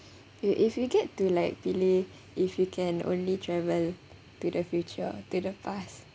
if you get to like pilih if you can only travel to the future or to the past